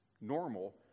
normal